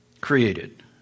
created